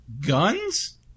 Guns